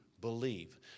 believe